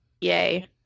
yay